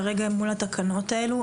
מול התקנות האלה,